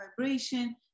vibration